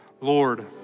Lord